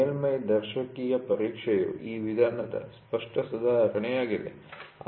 ಸೂಕ್ಷ್ಮ ದರ್ಶಕೀಯ ಪರೀಕ್ಷೆಯು ಈ ವಿಧಾನದ ಸ್ಪಷ್ಟ ಸುಧಾರಣೆಯಾಗಿದೆ